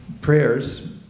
prayers